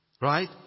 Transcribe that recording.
Right